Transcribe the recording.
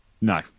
No